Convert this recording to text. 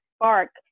spark